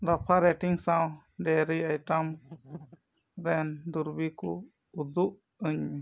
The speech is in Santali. ᱞᱟᱯᱷᱟᱝ ᱨᱮᱴᱤᱝ ᱥᱟᱶ ᱰᱮᱭᱟᱨᱤ ᱟᱭᱴᱮᱢ ᱨᱮᱱ ᱫᱩᱨᱤᱵᱽ ᱠᱚ ᱩᱫᱩᱜ ᱟᱹᱧᱢᱮ